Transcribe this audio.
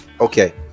okay